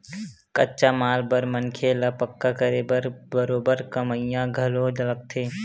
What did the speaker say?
कच्चा माल बर मनखे ल पक्का करे बर बरोबर कमइया घलो लगथे